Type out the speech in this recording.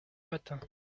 matin